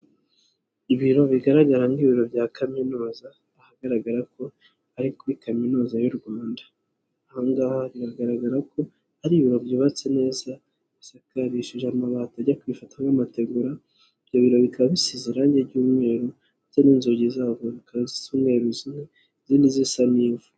Ibiro bigaragara nk'ibiro bya kaminuza, ahagaragara ko ari kuri kaminuza y'u Rwanda, aha ngaha biragaragara ko hari ibiro byubatse neza, bisakarishije amabati ajya kwifata nk'amategura, ibyo biro bikaba bisize irangi ry'umweru ndetse n'inzugi zaho zikaba zisa umweru zimwe izindi zisa n'ivu.